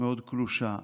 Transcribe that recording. קלושה מאוד.